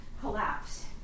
collapse